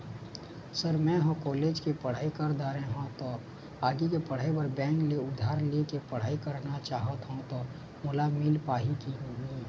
Sir म ह college के पढ़ाई कर दारें हों ता आगे के पढ़ाई बर बैंक ले उधारी ले के पढ़ाई करना चाहत हों ता मोला मील पाही की नहीं?